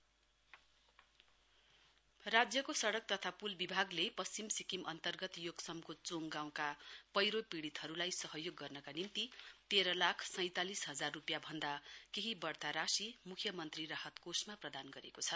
road and bridges राज्यको सड़क तथा पुल विभागले पश्चिम सिक्किम अन्तर्गत योक्समको चोड़ गाउँका पैहो पीडितहरूलाई सहयोग गर्नका निम्ति तेह्र लाख सैतालिस हजार रूपियाँ भन्दा केही बढ़ता राशि म्ख्य मन्त्री राहत कोषमा प्रदान गरेको छ